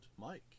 Mike